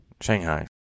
Shanghai